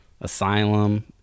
asylum